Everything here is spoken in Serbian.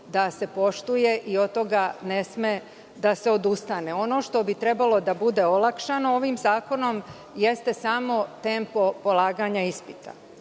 da se poštuje i od toga ne sme da se odustane. Ono što bi trebalo da bude olakšano ovim zakonom, jeste samo tempo polaganja ispita.